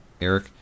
Eric